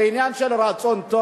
זה עניין של רצון טוב.